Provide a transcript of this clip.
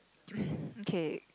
okay